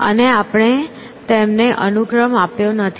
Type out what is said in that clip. અને આપણે તેમને અનુક્રમ આપ્યો નથી